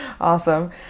Awesome